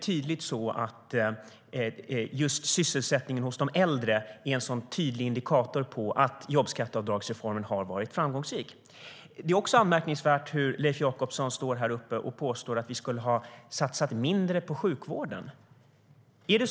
Och just sysselsättningen hos de äldre är en tydlig indikator på att jobbskatteavdragsreformen har varit framgångsrik. Det är anmärkningsvärt att Leif Jakobsson påstår att vi skulle ha satsat mindre på sjukvården.